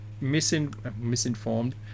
misinformed